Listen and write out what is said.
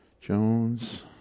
Jones